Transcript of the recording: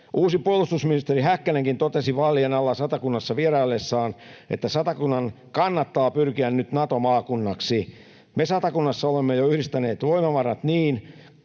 Uusi puolustusministeri Häkkänenkin totesi vaalien alla Satakunnassa vieraillessaan, että Satakunnan kannattaa pyrkiä nyt Nato-maakunnaksi. Me Satakunnassa olemme jo yhdistäneet voimavarat niin